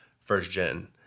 first-gen